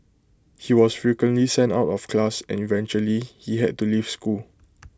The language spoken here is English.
he was frequently sent out of class and eventually he had to leave school